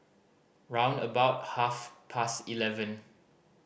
round about half past eleven